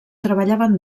treballaven